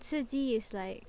刺激 is like